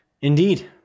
Indeed